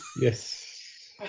Yes